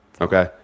okay